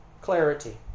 clarity